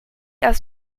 aus